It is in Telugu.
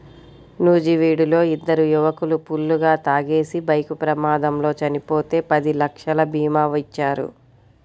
నూజివీడులో ఇద్దరు యువకులు ఫుల్లుగా తాగేసి బైక్ ప్రమాదంలో చనిపోతే పది లక్షల భీమా ఇచ్చారు